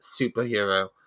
superhero